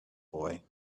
boy